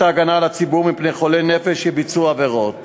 ההגנה על הציבור מפני חולי נפש שביצעו עבירות